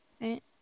Right